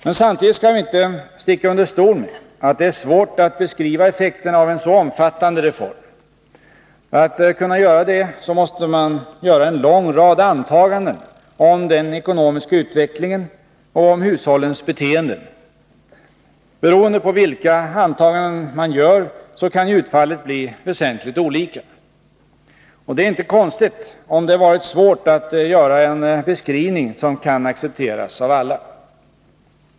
Men samtidigt skall vi inte sticka under stol med att det är svårt att beskriva effekterna av en så omfattande reform. För att kunna göra det måste man göra en lång rad antaganden om den ekonomiska utvecklingen och om hushållens beteenden. Beroende på vilka antaganden man gör kan utfallet bli väsentligt olika. Det är inte konstigt om det varit svårt att göra en beskrivning som kan accepteras av alla.